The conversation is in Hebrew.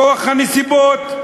מכוח הנסיבות.